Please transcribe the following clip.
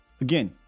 Again